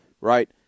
Right